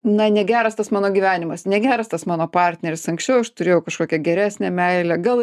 na negeras tas mano gyvenimas negeras tas mano partneris anksčiau aš turėjau kažkokią geresnę meilę gal